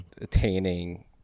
attaining